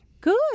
Good